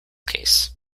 case